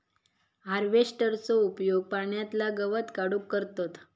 हार्वेस्टरचो उपयोग पाण्यातला गवत काढूक करतत